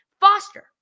Foster